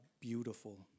beautiful